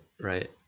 right